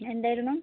എന്തായിരുന്നു